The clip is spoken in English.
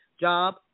job